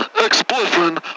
ex-boyfriend